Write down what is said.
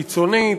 קיצונית,